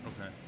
Okay